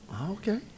okay